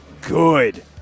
good